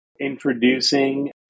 introducing